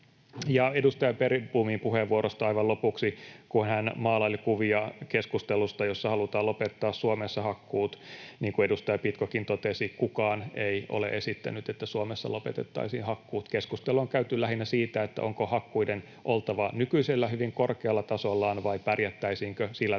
edustaja Bergbomin puheenvuorosta aivan lopuksi, kun hän maalaili kuvia keskustelusta, jossa halutaan lopettaa Suomessa hakkuut: Niin kuin edustaja Pitkokin totesi, kukaan ei ole esittänyt, että Suomessa lopetettaisiin hakkuut. Keskustelua on käyty lähinnä siitä, onko hakkuiden oltava nykyisellä hyvin korkealla tasollaan, vai pärjättäisiinkö sillä tasolla,